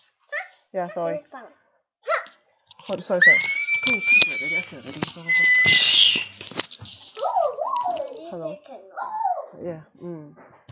ya sorry sorry sorry hello yeah mm